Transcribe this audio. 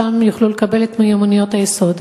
ושם יוכלו לקבל את מיומנות היסוד.